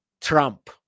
Trump